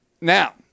now